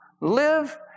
Live